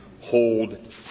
hold